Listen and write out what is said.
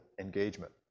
engagement